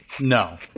No